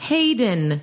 Hayden